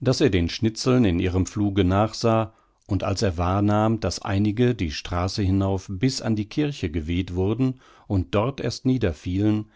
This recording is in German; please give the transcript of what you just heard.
daß er den schnitzeln in ihrem fluge nachsah und als er wahrnahm daß einige die straße hinauf bis an die kirche geweht wurden und dort erst